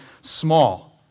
small